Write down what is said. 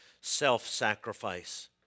self-sacrifice